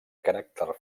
caràcter